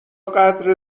قدر